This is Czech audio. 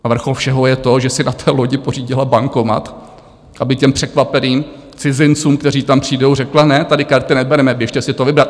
A vrchol všeho je to, že si na té lodi pořídila bankomat, aby těm překvapeným cizincům, kteří tam přijdou, řekla ne, tady karty nebereme, běžte si to vybrat.